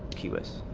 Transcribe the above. she was